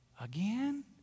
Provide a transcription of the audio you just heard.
Again